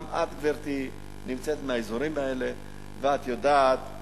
גם את, גברתי, נמצאת, את מהאזורים האלה ואת יודעת.